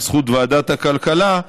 בזכות ועדת הכלכלה,